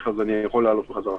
יש אולי מנוף הכי חזק